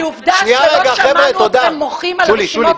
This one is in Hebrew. כי עובדה שלא שמענו אתכם מוחים על הרשימות